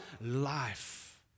life